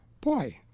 boy